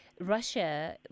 Russia